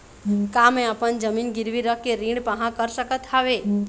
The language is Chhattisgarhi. का मैं अपन जमीन गिरवी रख के ऋण पाहां कर सकत हावे?